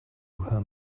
her